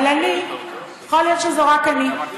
אבל אני, יכול להיות שזו רק אני,